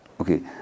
Okay